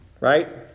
right